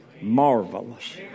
marvelous